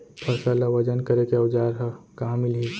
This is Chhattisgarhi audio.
फसल ला वजन करे के औज़ार हा कहाँ मिलही?